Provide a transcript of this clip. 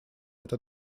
это